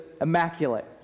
immaculate